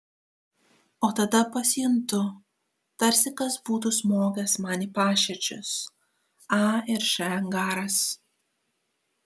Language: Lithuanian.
o tada pasijuntu tarsi kas būtų smogęs man į paširdžius a ir š angaras